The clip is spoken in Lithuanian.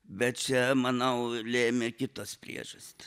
bet čia manau lėmė kitos priežastys